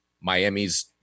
Miami's